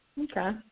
Okay